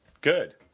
Good